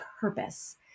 purpose